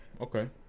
Okay